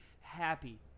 happy